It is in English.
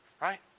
right